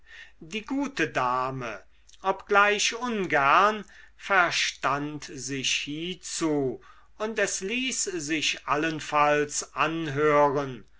die gute dame obgleich ungern verstand sich hiezu und es ließ sich allenfalls anhören